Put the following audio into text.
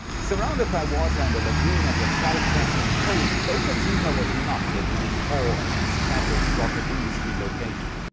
surrounded by water and a lagoon at the south texan coast, boca chica was not, what you would call an established rocket industry location.